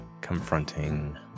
confronting